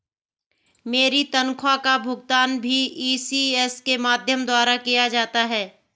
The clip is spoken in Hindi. मेरी तनख्वाह का भुगतान भी इ.सी.एस के माध्यम द्वारा ही किया जाता है